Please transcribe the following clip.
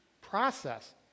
Process